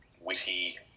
witty